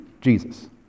Jesus